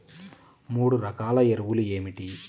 మూడు రకాల ఎరువులు ఏమిటి?